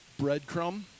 Breadcrumb